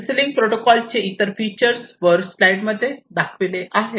CC link protocol चे इतर feature वर स्लाईड मध्ये दाखविले आहे